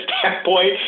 standpoint